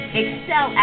excel